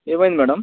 ఏమైంది మ్యాడమ్